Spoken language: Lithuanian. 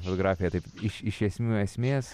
fotografiją taip iš iš esmių esmės